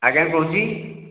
ଆଜ୍ଞା କହୁଛି